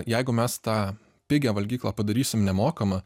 jeigu mes tą pigią valgyklą padarysim nemokamą